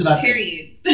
period